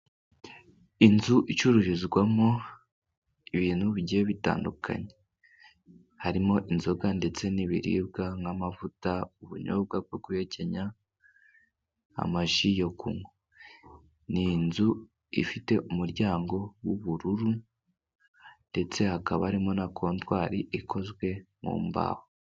Inzu icururizwamo ibintu bigiye bitandukanye, harimo inzoga ndetse n'ibiribwa nk'amavuta, ubunyobwa bwo guhekenya, ji zo kunywa. Ni inzu ifite umuryango w'ubururu, ndetse hakaba harimo na kontwari ikozwe mu mbaho.